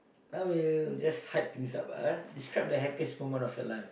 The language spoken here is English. now we'll just hype things up ah describe the happiest moment of your life